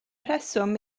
rheswm